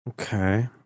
Okay